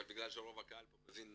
אבל בגלל שרוב הקהל כאן מבין